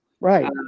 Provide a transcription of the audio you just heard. Right